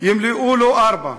ימלאו לו ארבע.